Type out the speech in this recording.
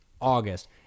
August